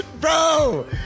Bro